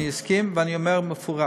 אני אסכים, ואני אומר במפורש